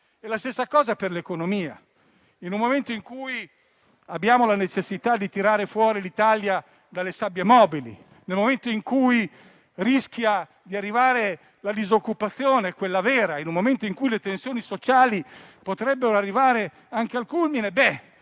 La stessa cosa vale per l'economia: in un momento in cui abbiamo la necessità di tirare fuori l'Italia dalle sabbie mobili; nel momento in cui rischia di arrivare la disoccupazione, quella vera; in un momento in cui le tensioni sociali potrebbero arrivare al culmine, noi